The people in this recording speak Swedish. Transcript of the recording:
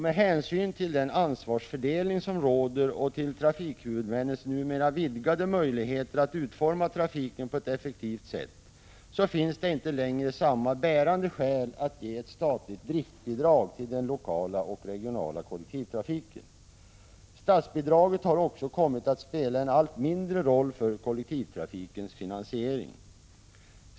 Med hänsyn till den ansvarsfördelning som råder och till trafikhuvudmännens numera vidgade möjligheter att utforma trafiken på ett effektivt sätt finns det inte längre samma bärande skäl att ge ett statligt driftsbidrag till den lokala och regionala kollektivtrafiken. Statsbidraget har också kommit att spela en allt mindre roll för kollektivtrafikens finansiering.